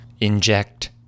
inject